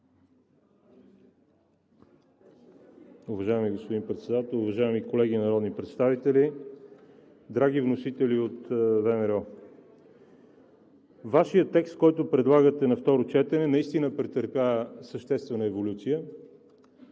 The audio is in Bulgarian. Вашият текст, който предлагате на второ четене, наистина претърпя съществена еволюция